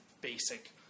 basic